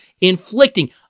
inflicting